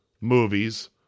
movies